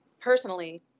personally